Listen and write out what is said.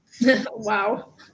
Wow